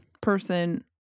person-